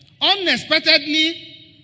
unexpectedly